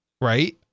right